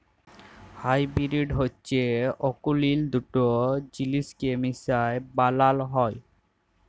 hybrid হছে অকুলীল দুট জিলিসকে মিশায় বালাল হ্যয়